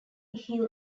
hill